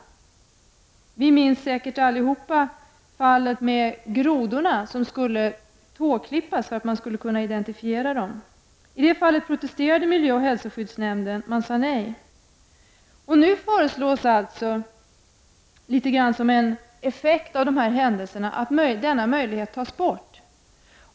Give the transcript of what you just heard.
Vi minns säkert allihop fallet med grodorna som skulle få tårna klippta för att de skulle kunna identifieras. I det fallet protesterade miljöoch hälsoskyddsnämnden, den sade nej. Nu föreslås alltså något som är en effekt av dessa händelser, nämligen att denna möjlighet för miljöoch hälsoskyddsnämnderna att säga nej skall avvecklas.